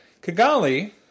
Kigali